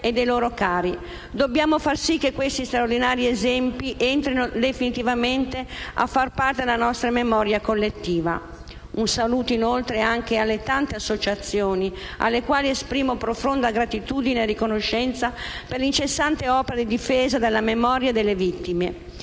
e dei loro cari. Dobbiamo far sì che questi straordinari esempi entrino definitivamente a far parte della nostra memoria collettiva. Un saluto inoltre anche alle tante associazioni, alle quali esprimo profonda gratitudine e riconoscenza, per l'incessante opera di difesa della memoria delle vittime.